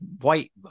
white